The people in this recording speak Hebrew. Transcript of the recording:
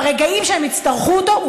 ברגעים שהם יצטרכו אותו,